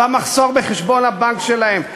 במחסור בחשבון הבנק שלהם,